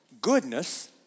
goodness